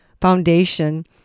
foundation